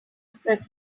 preference